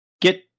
get